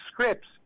scripts